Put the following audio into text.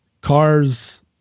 cars